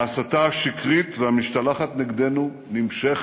ההסתה השקרית והמשתלחת נגדנו נמשכת.